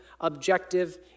objective